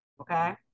Okay